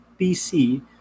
PC